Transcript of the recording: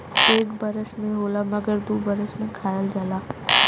एक बरस में होला मगर दू बरस खायल जाला